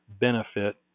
benefit